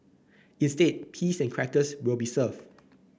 instead peas and crackers will be served